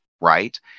right